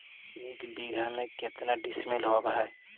एक बीघा में केतना डिसिमिल होव हइ?